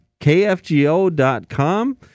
kfgo.com